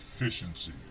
efficiency